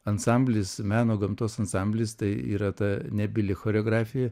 ansamblis meno gamtos ansamblis tai yra ta nebyli choreografija